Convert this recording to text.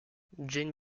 jane